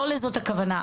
לא לזאת הכוונה,